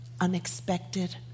unexpected